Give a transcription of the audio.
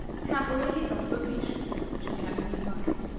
happily, he thought of a pea-shooter which he had in his pocket,